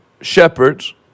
shepherds